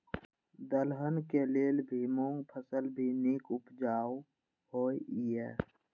दलहन के लेल भी मूँग फसल भी नीक उपजाऊ होय ईय?